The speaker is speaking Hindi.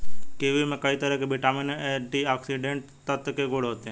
किवी में कई तरह के विटामिन और एंटीऑक्सीडेंट तत्व के गुण होते है